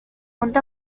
punto